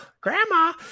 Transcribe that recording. Grandma